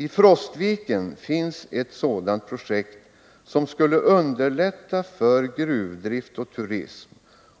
I Frostviken finns ett sådant projekt som skulle underlätta för gruvdrift och turism,